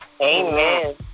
Amen